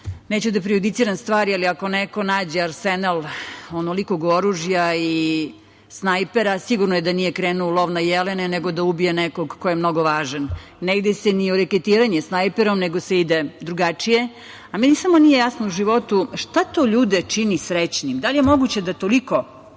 živ. Neću da prejudiciram stvari, ali ako neko nađe arsenal onolikog oružja i snajpera, sigurno je da nije krenuo u lov na jelene, nego da ubije nekog ko je mnogo važan. Ne ide se ni u reketiranje snajperom, nego se ide drugačije. Meni samo nije jasno u životu šta to ljude čini srećnim? Da li je moguće toliko